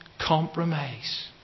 compromise